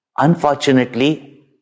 Unfortunately